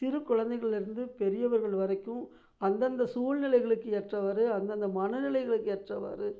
சிறு குழந்தைகள்லேருந்து பெரியவர்கள் வரைக்கும் அந்தந்த சூழ்நிலைகளுக்கு ஏற்றவாறு அந்தந்த மனநிலைகளுக்கு ஏற்றவாறு